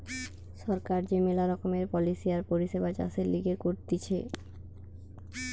সরকার যে মেলা রকমের পলিসি আর পরিষেবা চাষের লিগে করতিছে